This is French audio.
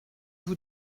vous